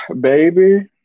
baby